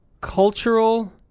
cultural